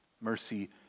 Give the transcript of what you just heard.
Mercy